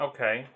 Okay